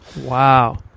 Wow